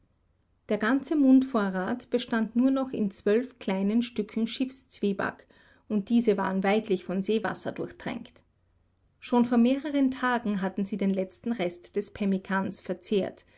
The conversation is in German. der ganze mundvorrat bestand nur noch in zwölf kleinen stücken schiffszwieback und diese waren weidlich von seewasser durchtränkt schon vor mehreren tagen hatten sie den letzten rest des pemmikans verzehrt